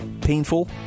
painful